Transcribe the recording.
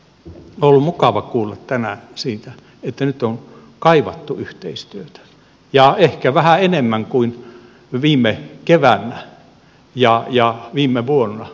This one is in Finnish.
on ollut mukava kuulla tänään siitä että nyt on kaivattu yhteistyötä ja ehkä vähän enemmän kuin viime keväänä ja viime vuonna